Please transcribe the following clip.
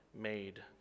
made